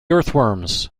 earthworms